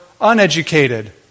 uneducated